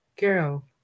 Girl